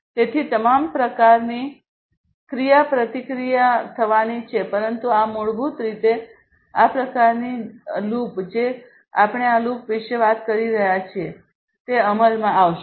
તેથી તમામ પ્રકારની ક્રિયાપ્રતિક્રિયા થવાની છે પરંતુ આ મૂળભૂત રીતે આ પ્રકારની લૂપ જે આપણે આ લૂપ વિશે વાત કરી રહ્યા છીએ તે અમલમાં આવશે